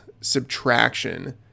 subtraction